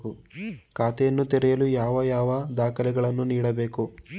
ಖಾತೆಯನ್ನು ತೆರೆಯಲು ಯಾವ ಯಾವ ದಾಖಲೆಗಳನ್ನು ನೀಡಬೇಕು?